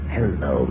Hello